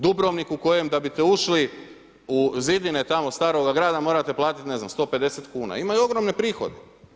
Dubrovnik u kojem da biste ušli u zidine tamo staroga grada morate platiti ne znam 150 kuna, imaju ogromne prihode.